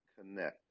connect